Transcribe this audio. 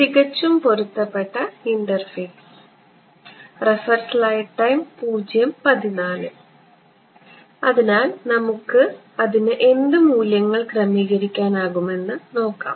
തികച്ചും പൊരുത്തപ്പെട്ട ഇന്റർഫേസ് അതിനാൽ നമുക്ക് അതിന് എന്ത് മൂല്യങ്ങൾ ക്രമീകരിക്കാനാകുമെന്ന് നോക്കാം